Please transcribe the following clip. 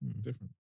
Different